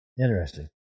Interesting